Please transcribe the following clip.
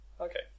Okay